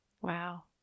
Wow